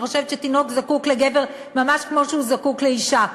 אני חושבת שתינוק זקוק לגבר ממש כמו שהוא זקוק לאישה,